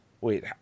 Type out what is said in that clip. Wait